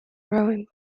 rowing